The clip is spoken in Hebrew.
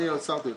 אני הסרתי אותה.